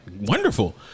Wonderful